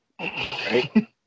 Right